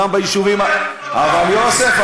אבל יוסף,